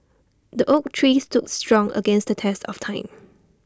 the oak tree stood strong against the test of time